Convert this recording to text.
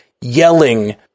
yelling